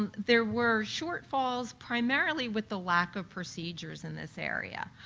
um there were shortfalls primarily with the lack of procedures in this area.